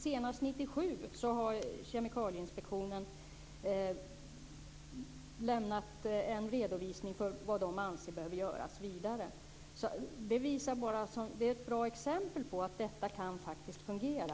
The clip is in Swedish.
Senast 1997 har Kemikalieinspektionen lämnat en redovisning för vad de anser behöver göras vidare. Det är ett bra exempel på att detta faktiskt kan fungera.